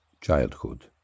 Childhood